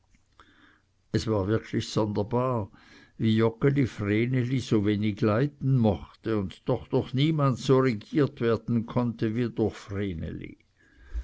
es war wirklich sonderbar wie joggeli vreneli so wenig leiden mochte und doch durch niemand so regiert werden konnte wie durch